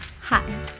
Hi